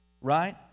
Right